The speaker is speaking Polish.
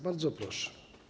Bardzo proszę.